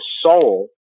soul